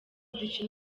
dukina